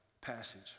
passage